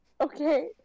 Okay